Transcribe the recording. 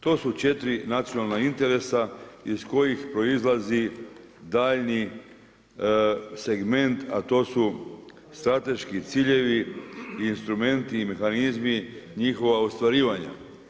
To su četiri nacionalna interesa iz kojih proizlazi daljnji segment, a to su strateški ciljevi, instrumenti i mehanizmi njihova ostvarivanja.